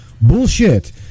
Bullshit